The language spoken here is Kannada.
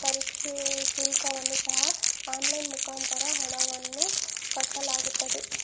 ಪರೀಕ್ಷೆ ಶುಲ್ಕವನ್ನು ಸಹ ಆನ್ಲೈನ್ ಮುಖಾಂತರ ಹಣವನ್ನು ಕಟ್ಟಲಾಗುತ್ತದೆ